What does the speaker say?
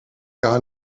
gar